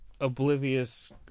oblivious